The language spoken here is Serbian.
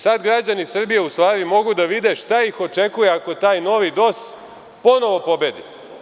Sada građani Srbije u stvari mogu da vide šta ih očekuje ako taj novi DOS ponovo pobedi.